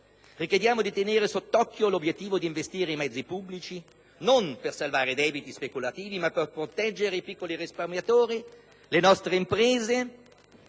Chiediamo di tenere sott'occhio l'obiettivo di investire i mezzi pubblici, non per salvare i debiti speculativi, ma per proteggere i piccoli risparmiatori, le nostre imprese,